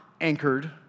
anchored